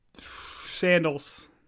sandals